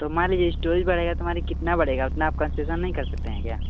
तो मान लीजिए एस्टोरेज बढ़ेगा तो हमारा कितना बढ़ेगा उतना आप कॉन्सेशन नहीं कर सकते हैं क्या